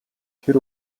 тэр